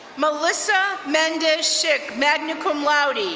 melissa mendez schick, magna cum laude,